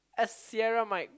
a sierra mic